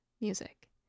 music